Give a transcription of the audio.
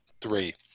three